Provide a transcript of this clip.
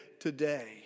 today